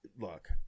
look